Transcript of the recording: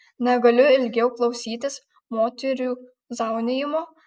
negaliu ilgiau klausytis moterų zaunijimo